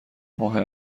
ماه